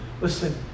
Listen